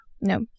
No